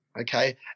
okay